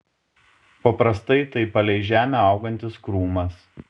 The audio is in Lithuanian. paprastai tai palei žemę augantis krūmas